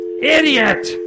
Idiot